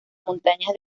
montañas